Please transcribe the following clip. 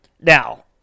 Now